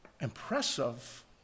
impressive